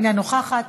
אינה נוכחת,